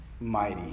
mighty